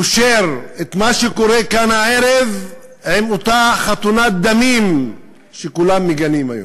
קושר את מה שקורה כאן הערב עם אותה חתונת דמים שכולם מגנים היום.